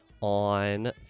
on